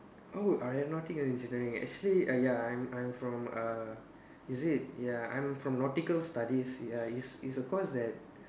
oh aeronautic engineering actually err ya I'm I'm from uh is it ya I'm from nautical studies ya it's it's a course that